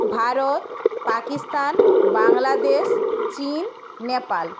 ভারত পাকিস্তান বাংলাদেশ চীন নেপাল